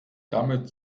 damit